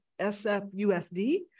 SFUSD